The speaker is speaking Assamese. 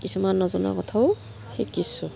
কিছুমান নজনা কথাও শিকিছোঁ